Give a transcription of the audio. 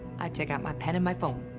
i take out my pen and my phone.